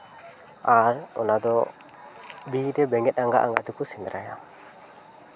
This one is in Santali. ᱟᱨ ᱚᱱᱟ ᱫᱚ ᱵᱤᱨ ᱨᱮ ᱵᱮᱸᱜᱮᱛ ᱟᱸᱜᱟ ᱟᱸᱜᱟ ᱛᱮᱠᱚ ᱥᱮᱸᱫᱽᱨᱟᱭᱟ